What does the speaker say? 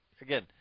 again